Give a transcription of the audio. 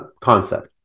concept